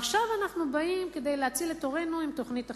ועכשיו אנחנו באים כדי להציל את עורנו עם תוכנית אחרת.